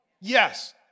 Yes